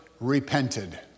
repented